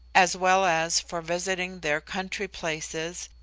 as well as for visiting their country places,